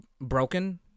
broken